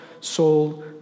soul